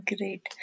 Great